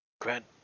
Grant